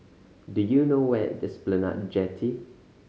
do you know where is Esplanade Jetty